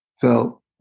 felt